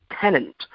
tenant